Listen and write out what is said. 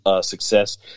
success